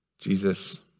Jesus